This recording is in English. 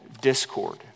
discord